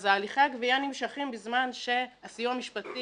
אז הליכי הגבייה נמשכים בזמן שהסיוע המשפטי